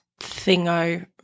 thingo